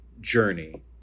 journey